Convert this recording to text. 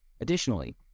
Additionally